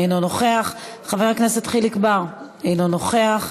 אינו נוכח, חבר הכנסת חיליק בר, אינו נוכח,